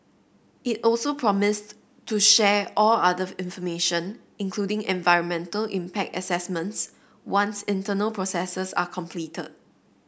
it also promised to share all other information including environmental impact assessments once internal processes are completed